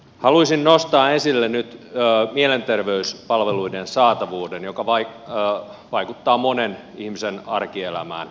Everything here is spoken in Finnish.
haluaisin nostaa esille nyt mielenterveyspalveluiden saatavuuden joka vaikuttaa monen ihmisen arkielämään